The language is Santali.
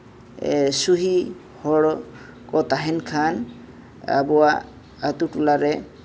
ᱥᱟᱹᱦᱤ ᱦᱚᱲ ᱠᱚ ᱛᱟᱦᱮᱱ ᱠᱷᱟᱱ ᱟᱵᱚᱣᱟᱜ ᱟᱹᱛᱩ ᱴᱚᱞᱟᱨᱮ